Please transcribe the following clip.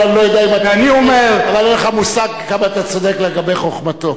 אבל אין לך מושג כמה אתה צודק לגבי חוכמתו.